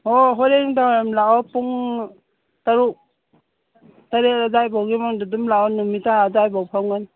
ꯍꯣ ꯍꯣꯔꯦꯟ ꯅꯨꯡꯗꯥꯡ ꯋꯥꯏꯔꯝ ꯂꯥꯛꯑꯣ ꯄꯨꯡ ꯇꯔꯨꯛ ꯇꯔꯦꯠ ꯑꯗꯥꯏꯕꯥꯎꯒꯤ ꯃꯅꯨꯡꯗ ꯑꯗꯨꯝ ꯂꯥꯛꯑꯣ ꯅꯨꯃꯤꯠ ꯇꯥꯔꯥ ꯑꯗꯥꯏꯕꯥꯎ ꯐꯝꯒꯅꯤ